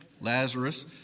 Lazarus